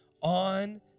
on